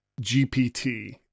GPT